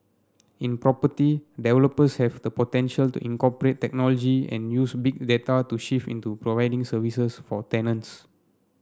in property developers have the potential to incorporate technology and use Big Data to shift into providing services for tenants